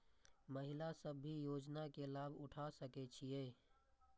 महिला सब भी योजना के लाभ उठा सके छिईय?